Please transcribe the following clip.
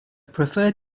prefer